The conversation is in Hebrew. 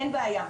אין בעיה,